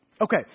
Okay